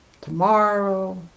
tomorrow